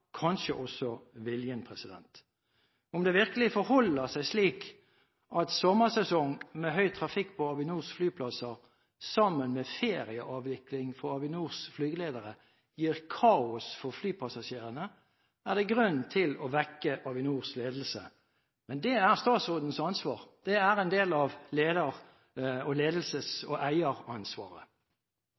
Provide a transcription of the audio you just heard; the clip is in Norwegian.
kanskje også viljen. Om det virkelig forholder seg slik at sommersesong med høy trafikk på Avinors flyplasser sammen med ferieavvikling for Avinors flygeledere gir kaos for flypassasjerene, er det grunn til å vekke Avinors ledelse. Men det er statsrådens ansvar, det er en del av leder-, ledelses- og eieransvaret.